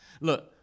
Look